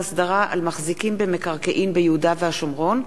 הצעת חוק ההסדרה על מחזיקים במקרקעין ביהודה והשומרון,